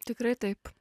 tikrai taip